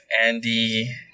Andy